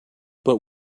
but